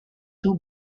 two